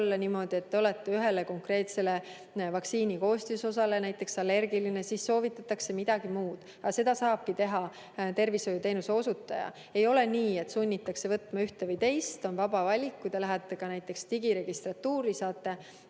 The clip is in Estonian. niimoodi, et te olete ühele konkreetsele vaktsiini koostisosale allergiline, siis soovitatakse midagi muud. Seda saabki teha tervishoiuteenuse osutaja. Ei ole nii, et sunnitakse võtma ühte või teist, on vaba valik. Kui te lähete digiregistratuuri,